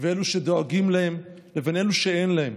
ואלו שדואגים להם לבין אלו שאין להם,